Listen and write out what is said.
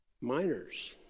Miners